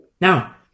Now